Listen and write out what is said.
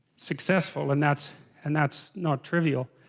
successful and that's and that's not trivial!